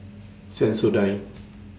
Sensodyne